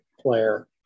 player